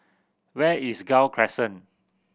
where is Gul Crescent